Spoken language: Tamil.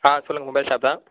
ஆ சொல்லுங்கள் மொபைல் ஷாப் தான்